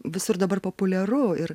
visur dabar populiaru ir